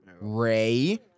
Ray